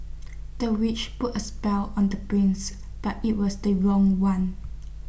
the witch put A spell on the prince but IT was the wrong one